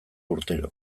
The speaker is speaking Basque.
urtero